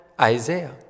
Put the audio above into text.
Isaiah